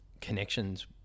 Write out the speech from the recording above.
Connections